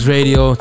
Radio